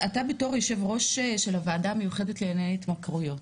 אתה יו"ר הוועדה המיוחדת לענייני התמכרויות,